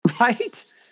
right